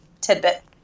tidbit